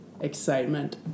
excitement